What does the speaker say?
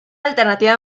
alternativa